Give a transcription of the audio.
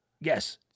Yes